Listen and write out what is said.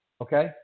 Okay